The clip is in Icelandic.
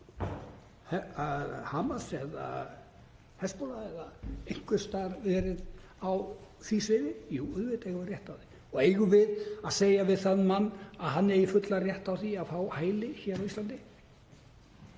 eða hafi verið einhvers staðar á því sviði? Jú, auðvitað eigum við rétt á því. Og eigum við að segja við þann mann að hann eigi fullan rétt á því að fá hæli hér á Íslandi?